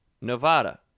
Nevada